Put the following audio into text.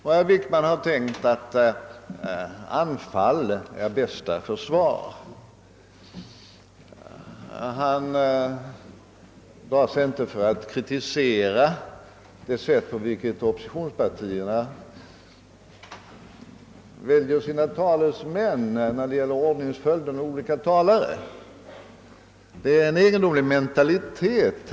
Herr Wickman har då uppenbarligen tänkt att anfall är bästa försvar, och han drar sig inte för att kritisera det sätt på vilket oppositionspartierna väljer sina talesmän och ordningsföljden mellan olika talare. Det är en egendomlig mentalitet.